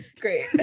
great